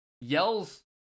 yells